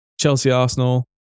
Chelsea-Arsenal